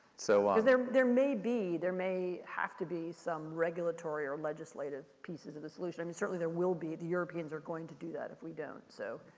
so there there may be, there may have to be some regulatory or legislative pieces of the solution. i mean certainly, there will be, the europeans are going to do that if we don't. so,